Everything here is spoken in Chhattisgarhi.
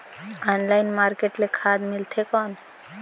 ऑनलाइन मार्केट ले खाद मिलथे कौन?